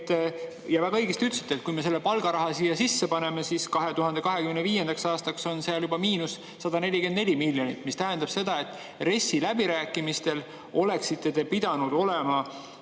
ja väga õigesti ütlesite, et kui me palgaraha siia sisse paneme, siis 2025. aastaks on seal juba –144 miljonit, mis tähendab, et RES-i läbirääkimistel oleksite te pidanud olema